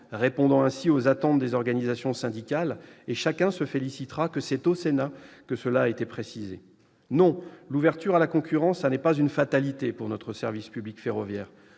répond aux attentes des organisations syndicales, et chacun se félicitera que ce soit au Sénat que cela a été précisé. Non, l'ouverture à la concurrence n'est pas une fatalité pour notre service public ferroviaire